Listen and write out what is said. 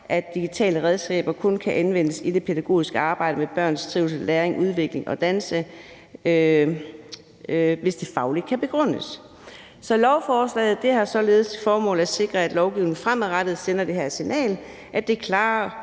at digitale redskaber kun kan anvendes i det pædagogiske arbejde med børns trivsel, læring, udvikling og dannelse, hvis det fagligt kan begrundes. Så lovforslaget har således til formål at sikre, at lovgivningen fremadrettet sender det signal, at det klare